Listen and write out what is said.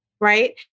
right